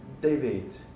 David